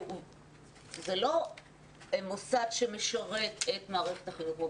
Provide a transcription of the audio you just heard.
זה לא מוסד שמשרת את מערכת החינוך.